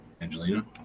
Angelina